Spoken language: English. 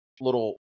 little